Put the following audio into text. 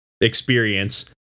experience